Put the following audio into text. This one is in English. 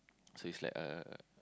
so it's like a